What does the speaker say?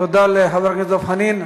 תודה לחבר הכנסת דב חנין.